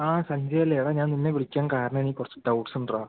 ആ സഞ്ചുവല്ലേ എടാ ഞാൻ നിന്നെ വിളിക്കാൻ കാരണം എനിക്ക് കുറച്ച് ഡൗട്സ് ഉണ്ടടാ